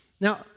Now